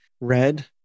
red